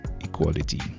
equality